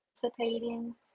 participating